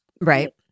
Right